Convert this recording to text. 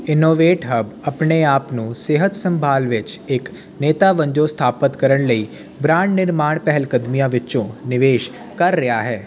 innovate hub ਆਪਣੇ ਆਪ ਨੂੰ ਸਿਹਤ ਸੰਭਾਲ ਵਿੱਚ ਇੱਕ ਨੇਤਾ ਵਜੋਂ ਸਥਾਪਤ ਕਰਨ ਲਈ ਬ੍ਰਾਂਡ ਨਿਰਮਾਣ ਪਹਿਲਕਦਮੀਆਂ ਵਿੱਚ ਨਿਵੇਸ਼ ਕਰ ਰਿਹਾ ਹੈ